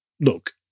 Look